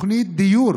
תוכנית דיור